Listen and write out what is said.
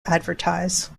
advertise